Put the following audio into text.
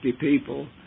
people